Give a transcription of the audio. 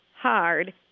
hard